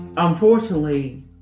Unfortunately